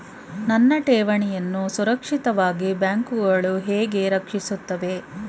ನನ್ನ ಠೇವಣಿಯನ್ನು ಸುರಕ್ಷಿತವಾಗಿ ಬ್ಯಾಂಕುಗಳು ಹೇಗೆ ರಕ್ಷಿಸುತ್ತವೆ?